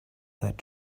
that